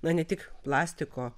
na ne tik plastiko